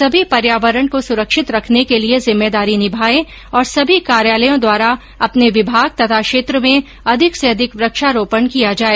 सभी पर्यावरण को सुरक्षित रखने के लिए जिम्मेदारी निमाएं और सभी कार्यालयों द्वारा अपने विमाग तथा क्षेत्र में अधिक से अधिक वृक्षारोपण किया जाए